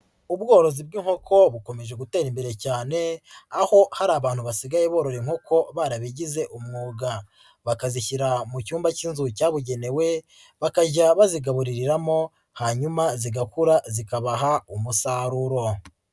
Ubworozi bw'inkoko bukomeje gutera imbere cyane, aho hari abantu basigaye borora inkoko barabigize umwuga bakazishyira mu cyumba k'inzu cyabugenewe, bakajya bazigaburiramo hanyuma zigakura zikabaha umusaruro.